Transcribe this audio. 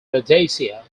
rhodesia